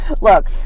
Look